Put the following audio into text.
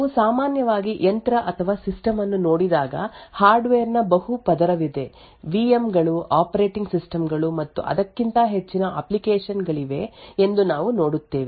ನಾವು ಸಾಮಾನ್ಯವಾಗಿ ಯಂತ್ರ ಅಥವಾ ಸಿಸ್ಟಮ್ ಅನ್ನು ನೋಡಿದಾಗ ಹಾರ್ಡ್ವೇರ್ ನ ಬಹು ಪದರವಿದೆ ವಿ ಎಂ ಗಳು ಆಪರೇಟಿಂಗ್ ಸಿಸ್ಟಮ್ ಗಳು ಮತ್ತು ಅದಕ್ಕಿಂತ ಹೆಚ್ಚಿನ ಅಪ್ಲಿಕೇಶನ್ ಗಳಿವೆ ಎಂದು ನಾವು ನೋಡುತ್ತೇವೆ